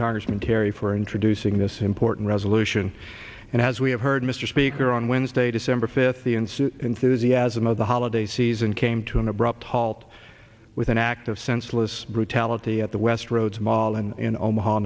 congressman kerry for introducing this important resolution and as we have heard mr speaker on wednesday december fifth the insane enthusiasm of the holiday season came to an abrupt halt with an act of senseless brutality at the westroads mall in omaha